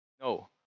No